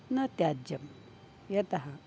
न त्याज्यं यतः